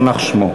יימח שמו.